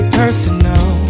personal